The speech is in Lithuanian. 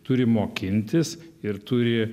turi mokintis ir turi